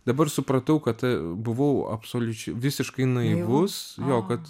dabar supratau kad buvau absoliučiai visiškai naivus jo kad